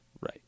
Right